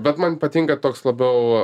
bet man patinka toks labiau